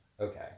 Okay